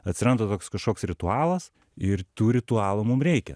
atsiranda toks kažkoks ritualas ir tų ritualų mum reikia